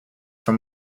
for